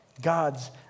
God's